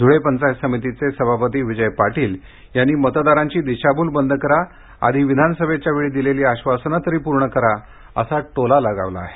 धूळे पंचायत समितीचे सभापती विजय पाटील यांनी मतदारांची दिशाभूल बंद करा आधी विधानसभेच्या वेळी दिलेली आश्वासनं तरी पुर्ण करा असा टोला लगावला आहे